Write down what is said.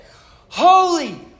holy